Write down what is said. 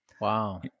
Wow